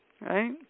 right